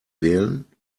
wählen